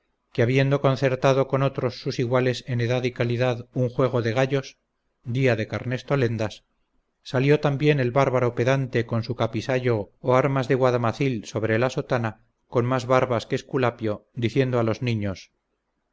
que habiendo concertado con otros sus iguales en edad y calidad un juego de gallos día de carnestolendas salió también el bárbaro pedante con su capisayo o armas de guadamacil sobre la sotana con más barbas que esculapio diciendo a los niños